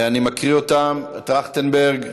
אני מקריא אותם: טרכטנברג,